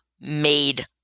made